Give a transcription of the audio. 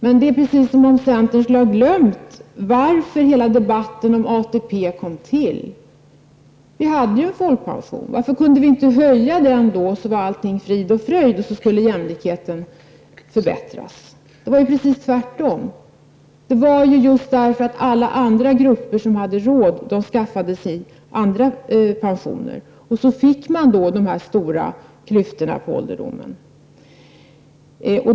Men det är precis som om centern skulle ha glömt varför hela debatten om ATP kom till. Vi hade alltså en folkpension. Varför kunde vi inte höja den, så skulle allting vara frid och fröjd, och jämlikheten skulle förbättras? Det var ju precis tvärtom. Alla andra grupper som hade råd skaffade sig andra pensioner, och så fick man de här stora klyftorna mellan människor på ålderdomen.